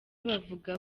bavuga